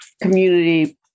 community